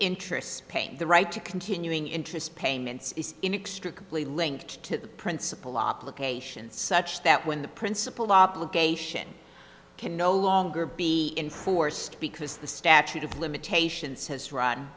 interests paying the right to continuing interest payments in extra completely linked to the principal obligations such that when the principal obligation can no longer be enforced because the statute of limitations has r